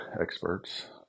experts